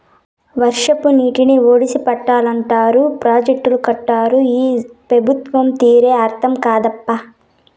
వర్షపు నీటిని ఒడిసి పట్టాలంటారు ప్రాజెక్టులు కట్టరు ఈ పెబుత్వాల తీరే అర్థం కాదప్పా